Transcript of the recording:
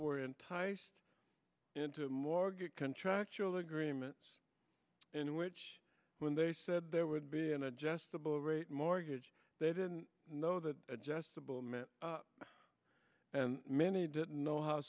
were enticed into more get contractual agreements in which when they said there would be an adjustable rate mortgage they didn't know that adjustable meant and many didn't know how